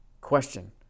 Question